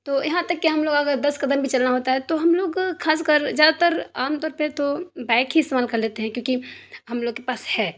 تو یہاں تک کہ ہم لوگ اگر دس قدم بھی چلنا ہوتا ہے تو ہم لوگ خاص کر زیادہ تر عام طور پہ تو بائک ہی استعمال کر لیتے ہیں کیوںکہ ہم لوگ کے پاس ہے